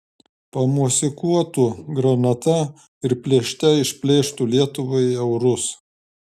pamosikuotų granata ir plėšte išplėštų lietuvai eurus